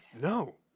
No